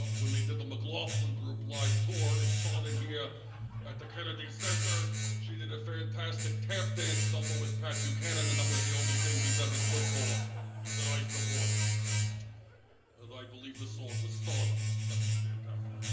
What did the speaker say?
when they did the mclaughlin group live tour it started here at the kennedy center. she did a fantastic tap-dance tumble with pat buchanan and that was the only thing he's ever stood for that i supported ah though i believe the song was stardust. that was fantastic.